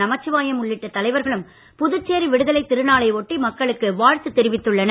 நமச்சிவாயம் உள்ளிட்ட தலைவர்களும் புதுச்சேரி விடுதலைத் திருநாளை ஒட்டி மக்களுக்கு வாழ்த்து தெரிவித்துள்ளனர்